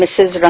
Mrs